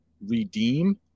redeem